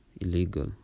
illegal